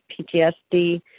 PTSD